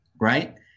right